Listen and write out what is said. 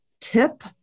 tip